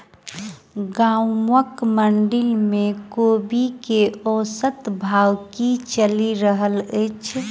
गाँवक मंडी मे कोबी केँ औसत भाव की चलि रहल अछि?